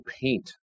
paint